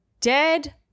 dead